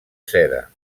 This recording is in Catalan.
seda